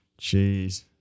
Jeez